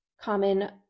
common